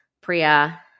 Priya